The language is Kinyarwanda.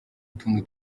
utuntu